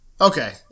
Okay